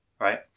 right